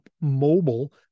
Mobile